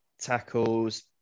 tackles